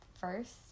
First